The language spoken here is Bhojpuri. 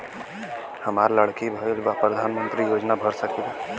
हमार लड़की भईल बा प्रधानमंत्री योजना भर सकीला?